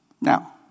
Now